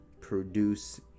produce